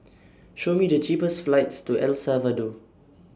Show Me The cheapest flights to El Salvador